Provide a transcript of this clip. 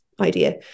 idea